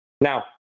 Now